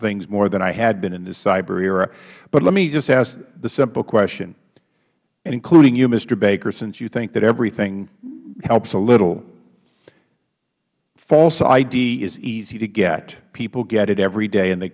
things more than i had been in this cyber era but let me just ask the simple question including you mister baker since you think that everything helps a little false id is easy to get people get it every day and they